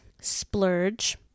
splurge